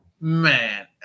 Man